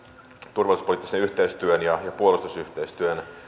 turvallisuuspoliittisen yhteistyön ja puolustusyhteistyön